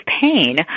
pain